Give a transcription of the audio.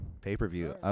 Pay-per-view